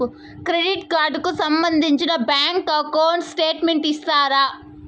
Credit card కు సంబంధించిన bank account statement ఇస్తారా?